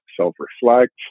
self-reflect